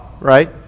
right